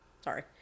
Sorry